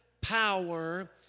power